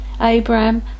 Abraham